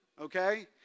okay